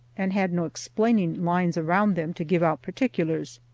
and had no explaining lines around them to give out particulars.